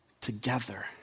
together